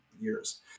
years